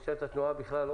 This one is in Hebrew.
משטרת התנועה בכלל,